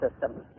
system